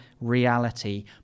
reality